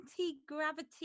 anti-gravity